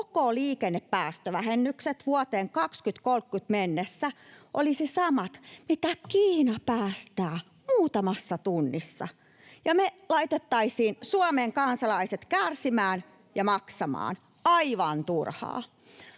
koko liikennepäästövähennykset vuoteen 2030 mennessä olisivat samat kuin Kiina päästää muutamassa tunnissa. Ja me laitettaisiin Suomen kansalaiset kärsimään ja maksamaan — aivan turhaa.